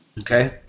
Okay